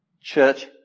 church